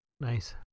Nice